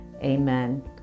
Amen